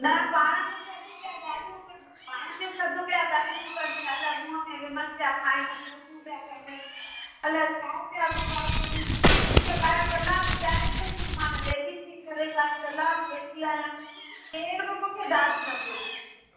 न पाण में पिया सभु ॻाल्हियूं कनि पाण में सभु पिया ॻाल्हियूं कनि अलाए मुंहं में विमल जा खाइनि थू थू पिया कनि अलाए छा पिया व्यवहार कनि मूंखे ॿाहिरि कलाक विहारे छॾियऊं मां लेडीज़ थी करे ॿाहिरि कलाक वेठी आहियां केर बि मूंखे दाद न पियो ॾे